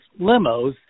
limos